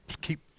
keep